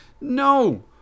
No